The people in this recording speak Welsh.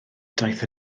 daeth